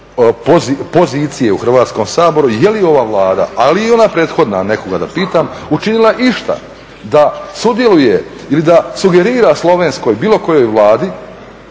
pozicije u Hrvatskom saboru je li ova Vlada ali i ona prethodna nekoga da pitam učinila išta da sudjeluje ili da sugerira slovenskoj, bilo kojoj Vladi